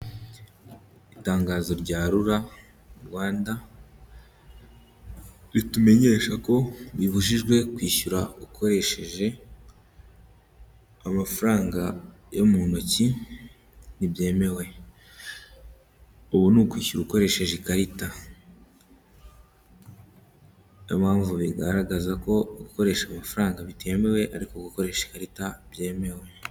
Itangazo rya RURA Rwanda ritumenyesha ko bibujijwe kwishyura ukoresheje amafaranga yo mu ntoki ntibyemewe. Ubu ni ukwishyura ukoresheje ikarita. Ni yo mpamvu bigaragaza ko gukoresha amafaranga bitemewe ariko gukoresha ikarita byemewe.